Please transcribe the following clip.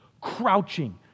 crouching